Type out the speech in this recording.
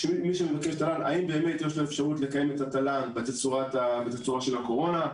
שמי שמבקש תל"ן האם יש לו את האפשרות לקיים את התל"ן בתצורה של הקורונה.